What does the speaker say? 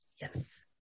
Yes